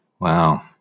Wow